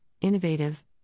innovative